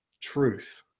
truth